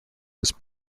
was